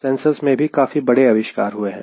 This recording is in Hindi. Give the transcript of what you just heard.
सेंसर्स में भी काफी बड़े आविष्कार हुए हैं